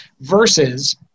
versus